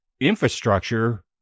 infrastructure